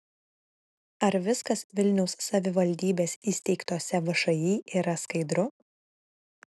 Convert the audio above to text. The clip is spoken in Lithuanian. ar viskas vilniaus savivaldybės įsteigtose všį yra skaidru